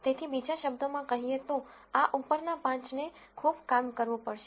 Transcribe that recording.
તેથી બીજા શબ્દોમાં કહીએ તો આ ઉપરના 5 ને ખૂબ કામ કરવું પડશે